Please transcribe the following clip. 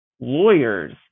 lawyers